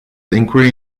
inquiry